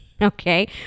Okay